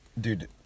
Dude